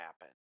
happen